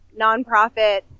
nonprofit